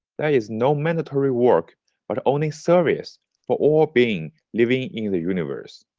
there is no mandatory work but only service for all beings living in the universe.